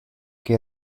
che